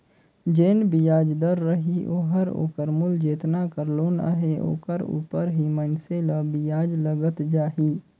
जेन बियाज दर रही ओहर ओकर मूल जेतना कर लोन अहे ओकर उपर ही मइनसे ल बियाज लगत जाही